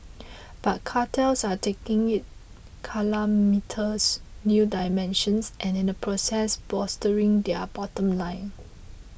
but cartels are taking it calamitous new dimensions and in the process bolstering their bottom line